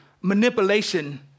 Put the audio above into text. manipulation